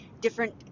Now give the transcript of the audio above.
different